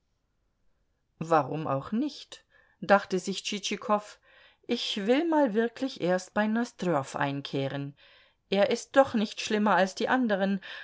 warum auch nicht dachte sich tschitschikow ich will mal wirklich erst bei nosdrjow einkehren er ist doch nicht schlimmer als die anderen